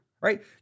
right